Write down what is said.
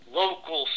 local